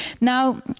Now